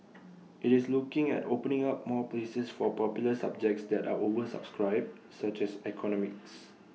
IT is looking at opening up more places for popular subjects that are oversubscribed such as economics